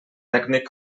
tècnic